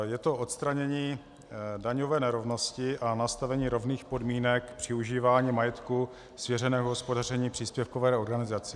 Je to odstranění daňové nerovnosti a nastavení rovných podmínek při užívání majetku svěřeného k hospodaření příspěvkové organizace.